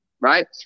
right